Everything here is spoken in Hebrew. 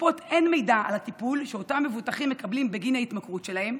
לקופות אין מידע על הטיפול שאותם מבוטחים מקבלים בגין ההתמכרות שלהם,